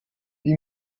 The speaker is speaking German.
die